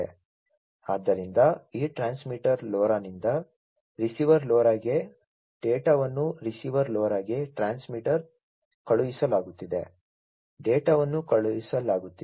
ಆದ್ದರಿಂದ ಈ transmitter LoRa ನಿಂದ ರಿಸೀವರ್ LoRa ಗೆ ಡೇಟಾವನ್ನು ರಿಸೀವರ್ LoRa ಗೆ ಟ್ರಾನ್ಸ್ಮಿಟರ್ ಕಳುಹಿಸಲಾಗುತ್ತಿದೆ ಡೇಟಾವನ್ನು ಕಳುಹಿಸಲಾಗುತ್ತಿದೆ